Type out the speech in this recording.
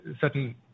certain